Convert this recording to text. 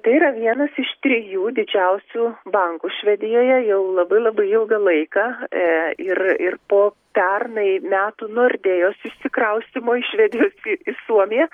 tai yra vienas iš trijų didžiausių bankų švedijoje jau labai labai ilgą laiką ir ir po pernai metų nordėjos išsikraustymo iš švedijos į suomiją